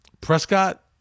Prescott